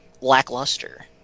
lackluster